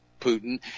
Putin